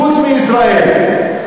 חוץ מישראל,